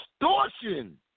extortion